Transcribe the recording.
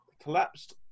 collapsed